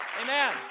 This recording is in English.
Amen